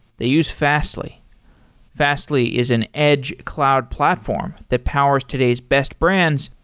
they use fastly fastly is an edge cloud platform that powers today's best brands,